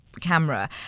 camera